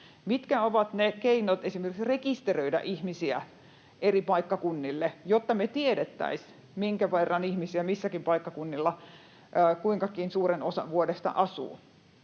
mitkä ovat ne keinot esimerkiksi rekisteröidä ihmisiä eri paikkakunnille, jotta me tiedettäisiin, minkä verran ihmisiä milläkin paikkakunnilla kuinkakin suuren osan vuodesta asuu,